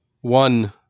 one